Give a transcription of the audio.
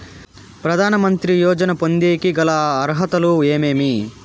ప్రధాన మంత్రి యోజన పొందేకి గల అర్హతలు ఏమేమి?